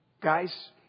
Guys